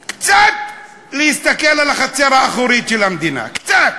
קצת, להסתכל על החצר האחורית של המדינה, קצת.